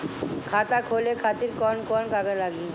खाता खोले खातिर कौन कौन कागज लागी?